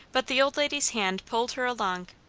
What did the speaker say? but the old lady's hand pulled her along.